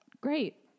great